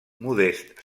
modest